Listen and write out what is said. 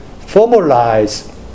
formalize